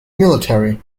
military